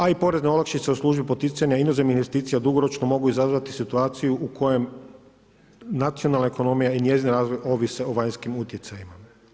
A i porezne olakšice u službi poticanja inozemnih investicija dugoročno mogu izazvati situaciju u kojem nacionalna ekonomija i njezin razvoj ovise o vanjskim utjecajima.